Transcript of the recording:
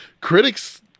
critics